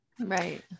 Right